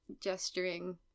Gesturing